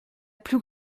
plus